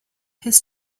his